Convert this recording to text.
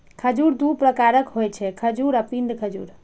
खजूर दू प्रकारक होइ छै, खजूर आ पिंड खजूर